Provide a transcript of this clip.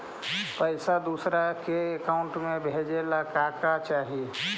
पैसा दूसरा के अकाउंट में भेजे ला का का चाही?